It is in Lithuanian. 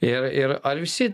ir ir ar visi